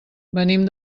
venim